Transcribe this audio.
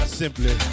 simply